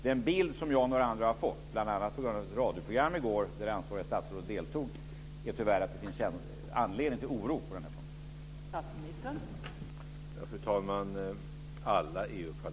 Den bild som jag och andra har fått, bl.a. på grund av ett radioprogram i går där det ansvariga statsrådet deltog, är tyvärr att det finns anledning till oro på den här punkten.